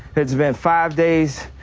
it's been five days,